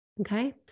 okay